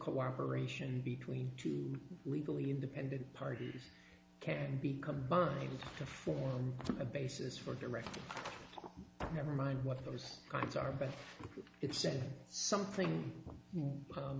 cooperation between two legally independent parties can be combined to form a basis for the record never mind what those cards are but it says something